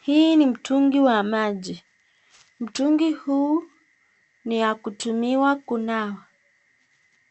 Hii ni mtungi wa maji. Mtungu huu ni ya kutumiwa kunawa.